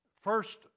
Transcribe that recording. first